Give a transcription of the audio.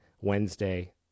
Wednesday